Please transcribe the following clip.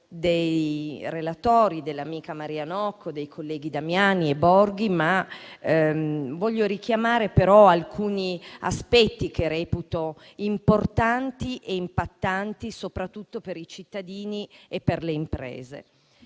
dei relatori, dell'amica Maria Nocco e dei colleghi Damiani e Claudio Borghi, ma voglio richiamare alcuni aspetti che reputo importanti e impattanti, soprattutto per i cittadini e per le imprese.